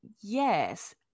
Yes